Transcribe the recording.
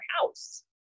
house